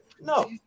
No